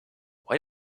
why